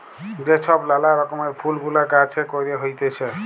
যে ছব লালা রকমের ফুল গুলা গাহাছে ক্যইরে হ্যইতেছে